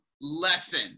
lesson